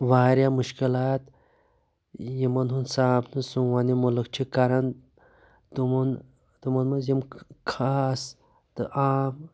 وارِیاہ مُشکِلات یِمَن ہُنٛد سامنہٕ سون یہِ مُلک چھ کَران تِمَن تِمَن منٛز یِم خاص تہٕ عام چھِ تِم